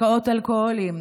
משקאות אלכוהוליים,